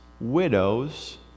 widows